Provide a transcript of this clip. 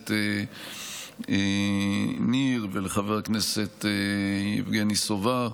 הכנסת ניר ולחבר הכנסת יבגני סובה,